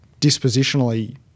dispositionally